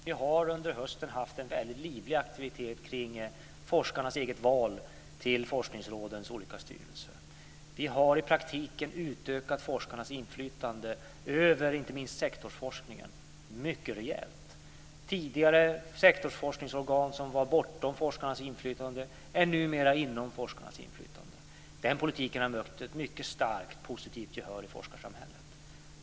Fru talman! Vi har under hösten haft en livlig aktivitet kring forskarnas eget val till forskningsrådens olika styrelser. Vi har i praktiken utökat forskarnas inflytande rejält, över inte minst sektorsforskningen. Tidigare sektorsforskningsorgan var bortom forskarnas inflytande. De är numera inom forskarnas inflytande. Den politiken har mött ett mycket starkt positivt gehör i forskarsamhället.